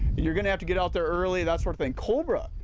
you are gonna have to get out there early, that's one thing cobra.